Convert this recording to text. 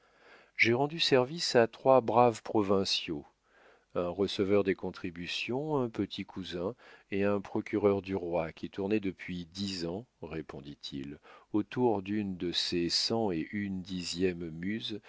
j'ai rendu service à trois braves provinciaux un receveur des contributions un petit cousin et un procureur du roi qui tournaient depuis dix ans répondit-il autour d'une de ces cent et une dixièmes muses